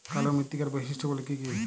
কালো মৃত্তিকার বৈশিষ্ট্য গুলি কি কি?